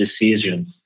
decisions